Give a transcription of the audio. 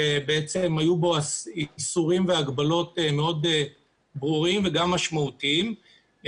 שהיו בו איסורים והגבלות מאוד ברורים וגם משמעותיים,